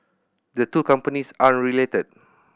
the two companies aren't related